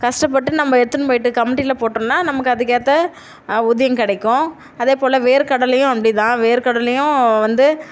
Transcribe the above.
கஷ்டப்பட்டு நம்ம எடுத்துகின்னு போய்ட்டு கமிட்டியில போட்டோம்னா நமக்கு அதுக்கேற்ற ஊதியம் கிடைக்கும் அதேபோல வேர்க்கடலையும் அப்படிதான் வேர்க்கடலையும் வந்து